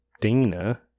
Dana